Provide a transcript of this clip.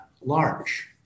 large